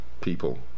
people